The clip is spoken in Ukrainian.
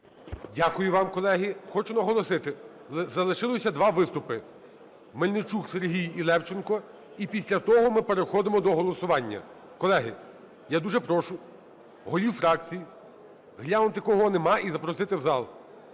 Дякую вам. Колеги, хочу наголосити: залишилися два виступи Мельничук Сергій і Левченко, і після того ми переходимо до голосування. Колеги, я дуже прошу голів фракцій глянути, кого нема, і запросити в зал.